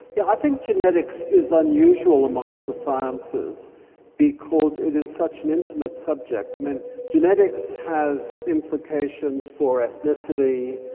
yeah i think genetics is unusual amongst the sciences because it is such an intimate subject. um and genetics has implications for ethnicity,